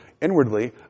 inwardly